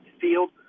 field